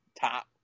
top